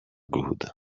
good